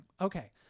Okay